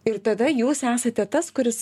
ir tada jūs esate tas kuris